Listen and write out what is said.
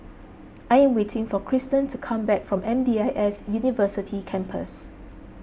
I am waiting for Kristen to come back from M D I S University Campus